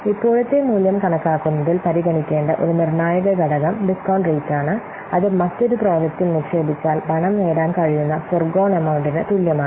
ഇപ്പോഴത്തെ മൂല്യം കണക്കാക്കുന്നതിൽ പരിഗണിക്കേണ്ട ഒരു നിർണായക ഘടകം ഡിസ്കൌണ്ട് റേറ്റ് ആണ് അത് മറ്റൊരു പ്രോജക്റ്റിൽ നിക്ഷേപിച്ചാൽ പണം നേടാൻ കഴിയുന്ന ഫോർഗോൺ അമൌന്റ്റ് തുല്യമാണ്